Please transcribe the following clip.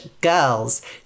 girls